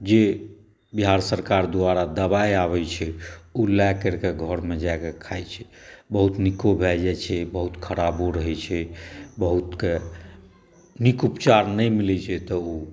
जे बिहार सरकार द्वारा दबाइ आबै छै ओ लऽ करिकऽ घरमे जाकऽ खाइ छै बहुत नीको भऽ जाइ छै बहुत खराबो रहै छै बहुतके नीक उपचार नहि मिलै छै तऽ ओ